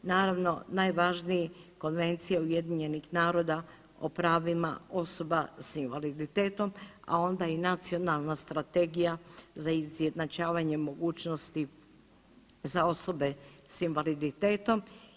Naravno najvažniji Konvencija UN-a o pravima osoba sa invaliditetom, a onda i Nacionalna strategija za izjednačavanje mogućnosti za osobe sa invaliditetom.